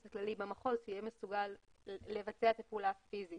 הכללי שיהיה מסוגל לבצע את הפעולה פיזית.